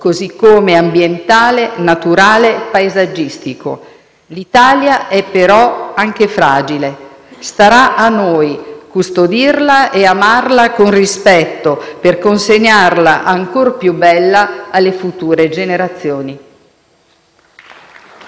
così come ambientale, naturale e paesaggistico. L'Italia è però anche fragile. Starà a noi custodirla e amarla con rispetto, per consegnarla ancor più bella alle future generazioni.